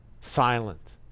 Silent